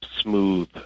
smooth